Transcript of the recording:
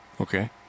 okay